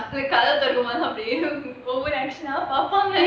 கதவை தட்டுனாலே ஒவ்வொண்ணா பார்ப்பாங்க:kadhava thattunaale ovonnaa paarpaanga